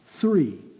Three